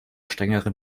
strengeren